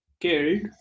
killed